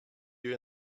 you